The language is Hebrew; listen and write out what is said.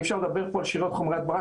אי אפשר לדבר פה על שאריות חומרי הדברה